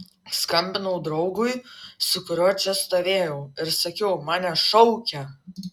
skambinau draugui su kuriuo čia stovėjau ir sakiau mane šaukia